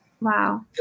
Wow